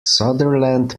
sutherland